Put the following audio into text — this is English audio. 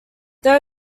there